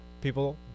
People